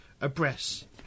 abreast